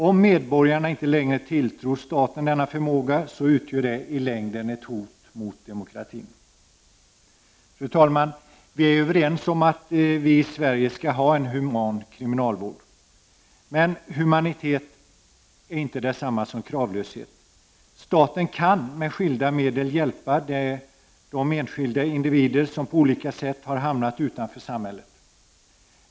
Om medborgarna inte längre tilltror staten denna förmåga, utgör det i längden ett hot mot demokratin. Fru talman! Vi är överens om att vi i Sverige skall ha en human kriminalvård. Men humanitet är inte detsamma som kravlöshet. Staten kan med skilda medel hjälpa enskilda individer som på olika sätt har hamnat utanför samhället.